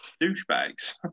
douchebags